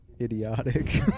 idiotic